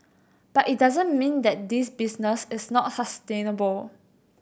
but it doesn't mean that this business is not sustainable